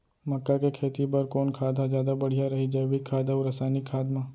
मक्का के खेती बर कोन खाद ह जादा बढ़िया रही, जैविक खाद अऊ रसायनिक खाद मा?